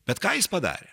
bet ką jis padarė